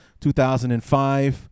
2005